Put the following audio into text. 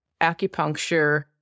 acupuncture